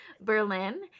Berlin